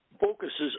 focuses